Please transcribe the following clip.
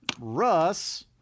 Russ